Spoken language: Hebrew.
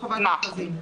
בחובת מכרזים.